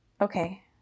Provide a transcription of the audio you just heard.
Okay